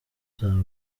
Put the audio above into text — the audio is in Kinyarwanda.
zawe